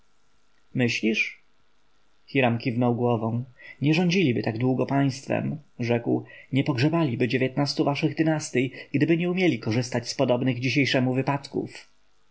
myślisz hiram kiwał głową nie rządziliby tak długo państwem rzekł nie pogrzebaliby dziewiętnastu waszych dynastyj gdyby nie umieli korzystać z podobnych dzisiejszemu wypadków